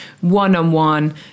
one-on-one